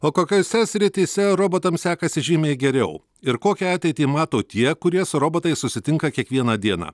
o kokiose srityse robotams sekasi žymiai geriau ir kokią ateitį mato tie kurie su robotais susitinka kiekvieną dieną